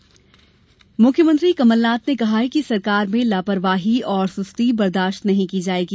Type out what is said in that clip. कमलनाथ बैठक मुख्यमंत्री कमलनाथ ने कहा है कि सरकार में लापरवाही और सुस्ती बर्दाश्त नहीं की जाएगी